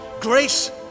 grace